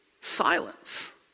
silence